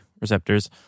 receptors